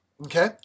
Okay